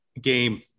game